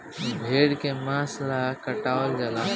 भेड़ के मांस ला काटल जाला